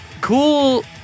Cool